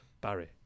barry